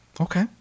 Okay